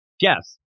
yes